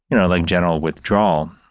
you know like general withdrawal,